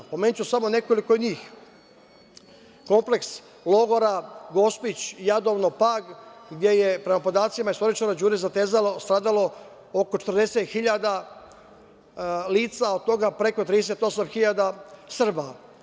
Pomenuću samo nekoliko njih, kompleks logora „Gospić“, „Jadovno“, „Pag“ gde je prema podacima istoričara Đure Zatezalo, stradalo oko 40 hiljada lica, od toga preko 38 hiljada Srba.